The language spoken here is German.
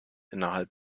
innerhalb